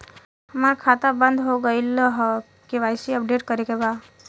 हमार खाता बंद हो गईल ह के.वाइ.सी अपडेट करे के बा?